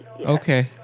Okay